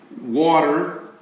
water